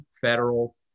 federal